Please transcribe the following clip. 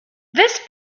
this